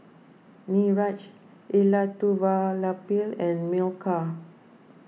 Niraj Elattuvalapil and Milkha